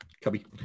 Cubby